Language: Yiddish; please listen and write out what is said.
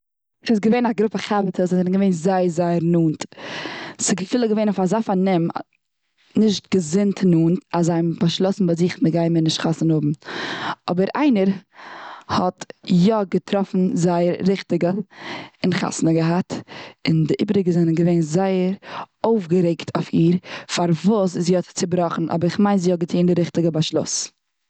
ס'איז געווען א גרופע חבר'טעס וואס זענען געווען זייער זייער נאנט. ס'איז אפילו געווען אזא פארנעם, נישט געזונט נאנט. אז זיי האבן באשלאסן ביי זיך זיי גייען מער נישט חתונה האבן. אבער איינער האט יא געטראפן זייער ריכטיגע, און חתונה געהאט. און די איבריגע זענען געווען זייער אויפגערעגט אויף איר. פארוואס זי האט צובראכן, אבער כ'מיין זי האט געטון די ריכטיגע באשלוס.